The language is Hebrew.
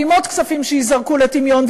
ועם עוד כספים שירדו לטמיון,